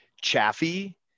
chaffee